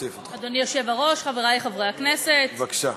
אדוני היושב-ראש, חברי חברי הכנסת, בבקשה.